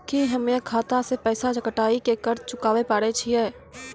की हम्मय खाता से पैसा कटाई के कर्ज चुकाबै पारे छियै?